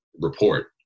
report